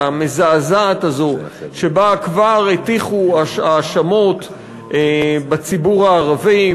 המזעזעת הזו שבה כבר הטיחו האשמות בציבור הערבי,